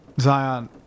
Zion